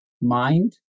mind